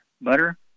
butter